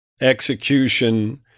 execution